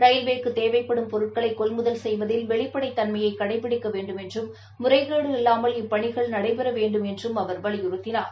ரயில்வேக்குத் தேவைப்படும் பொருட்களை கொள்முதல் செய்வதில் வெளிப்படைத் தன்மையை கடைபிடிக்க வேண்டும் என்றும் முறைகேடு இல்லாமல் இப்பணிகள் நடைபெறவேண்டும் என்றும் அவர் வலியுறுத்தினார்